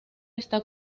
está